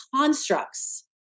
constructs